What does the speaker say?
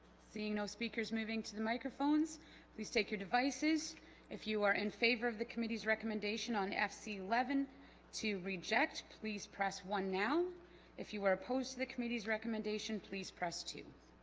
seeing no speakers moving to the microphones please take your devices if you are in favor of the committee's recommendation on fc eleven to reject please press one now if you were opposed to the committee's recommendation please press two